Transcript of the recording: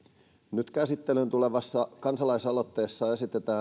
nyt käsittelyyn tulevassa kansalaisaloitteessa esitetään